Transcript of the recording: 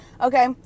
Okay